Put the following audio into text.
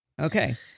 Okay